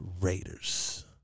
Raiders